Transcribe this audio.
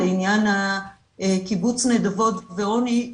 לעניין קיבוץ הנדבות ועוני,